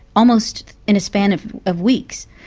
almost in a span of of weeks,